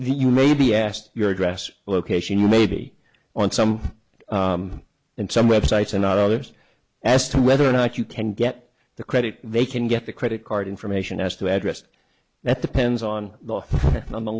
you may be asked your address location maybe on some and some websites and not others as to whether or not you can get the credit they can get the credit card information as to address that depends on the